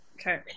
Okay